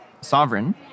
sovereign